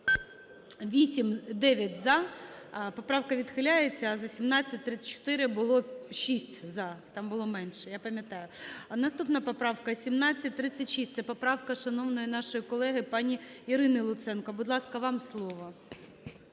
За-9 Поправка відхиляється. А за 1734 було шість "за", там було менше. Я пам'ятаю. Наступна поправка 1736. Це поправка шановної нашої колеги пані Ірини Луценко. Будь ласка, вам слово.